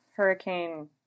hurricane